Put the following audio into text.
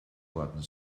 worden